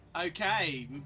okay